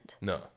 No